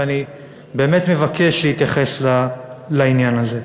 ואני באמת מבקש שתתייחס לעניין הזה.